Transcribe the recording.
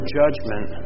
judgment